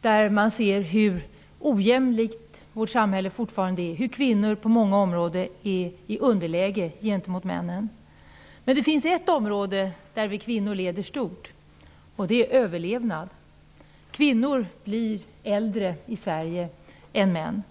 där man ser hur ojämlikt vårt samhälle fortfarande är och hur kvinnor på många områden befinner sig i ett underläge gentemot männen. Men det finns ett område där vi kvinnor leder stort, nämligen överlevnad. Kvinnorna i Sverige blir äldre än männen.